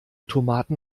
tomaten